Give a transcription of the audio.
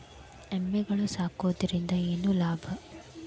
ಎಮ್ಮಿಗಳು ಸಾಕುವುದರಿಂದ ಏನು ಲಾಭ?